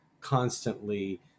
constantly